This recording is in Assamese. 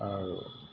আৰু